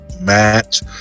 match